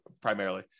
primarily